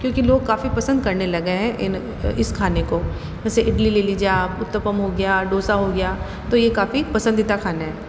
क्योंकि लोग काफ़ी पसंद करने लगे हैं इन इस खाने को जैसे इडली ले लिजिए आप उत्तपम हो गया डोसा हो गया तो ये काफ़ी पसंदीदा खाने हैं